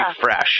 fresh